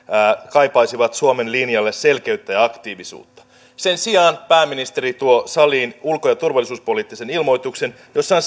kaipaisivat suomen linjalle selkeyttä ja aktiivisuutta sen sijaan pääministeri tuo saliin ulko ja turvallisuuspoliittisen ilmoituksen jossa